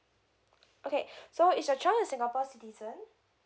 okay so it's your child a singapore citizen